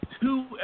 two